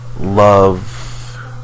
love